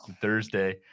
Thursday